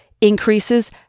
increases